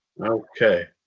Okay